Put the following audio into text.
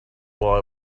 while